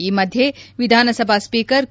ಈ ಮಧ್ಯೆ ವಿಧಾನಸಭಾ ಸ್ಪೀಕರ್ ಕೆ